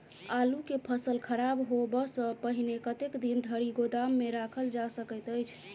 आलु केँ फसल खराब होब सऽ पहिने कतेक दिन धरि गोदाम मे राखल जा सकैत अछि?